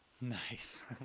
Nice